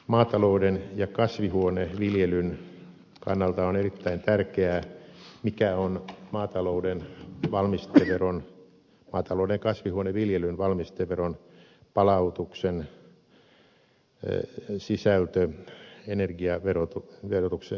maatalouden ja kasvihuoneviljelyn kannalta on erittäin tärkeää mikä on maatalouden ja kasvihuoneviljelyn valmisteveron palautuksen sisältö energiaverotuksen korotustilanteessa